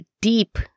deep